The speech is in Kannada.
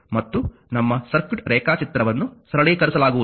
ಮತ್ತು ನಮ್ಮ ಸರ್ಕ್ಯೂಟ್ ರೇಖಾಚಿತ್ರವನ್ನು ಸರಳೀಕರಿಸಲಾಗುವುದು